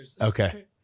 Okay